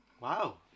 Wow